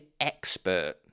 expert